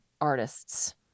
artists